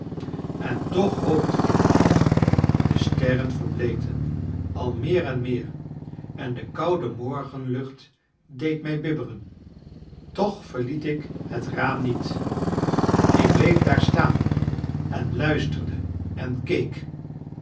en toch hoopte ik de sterren verbleekten al meer en meer en de koude morgenlucht deed mij bibberen toch verliet ik het raam niet ik bleef daar staan en luisterde en keek